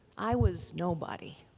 i was nobody.